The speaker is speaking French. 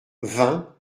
vingt